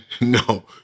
No